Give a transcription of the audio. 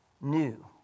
new